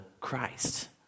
Christ